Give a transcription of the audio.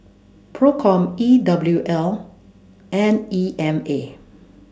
PROCOM E W L and E M A